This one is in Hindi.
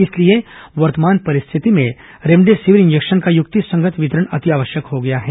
इसलिए वर्तमान परिस्थिति में रेमडेसिविर इंजेक्शन का युक्तिसंगत वितरण अतिआवश्यक हो गया है